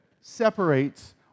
separates